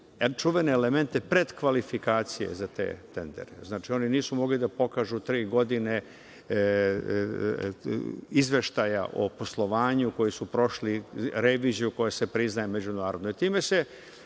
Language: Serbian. čuvene elemente pretkvalifikacije za te tendere. Znači, oni nisu mogli da pokažu za tri godine izveštaja o poslovanju, koji su prošli reviziju koja se priznaje međunarodno. Time se